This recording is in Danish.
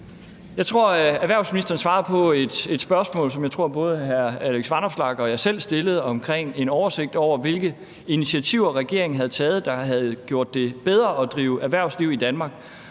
Jeg tror, erhvervsministeren svarede på et spørgsmål, som jeg tror både hr. Alex Vanopslagh og jeg selv stillede, om en oversigt over, hvilke initiativer regeringen havde taget, der havde gjort det bedre at drive erhvervsliv i Danmark.